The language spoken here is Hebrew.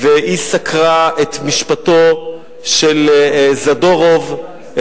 וסקרה את משפטו של זדורוב,